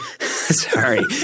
sorry